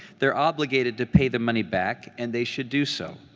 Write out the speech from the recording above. they are obligated to pay the money back, and they should do so.